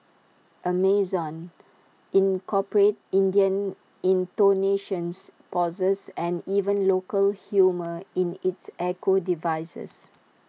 Amazon incorporated Indian intonations pauses and even local humour in its echo devices